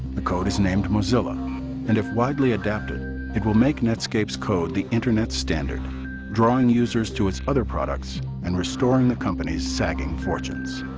the code is named mozilla and if widely adapted it will make netscape's code the internet standard drawing users to its other products and restoring the company's sagging fortunes.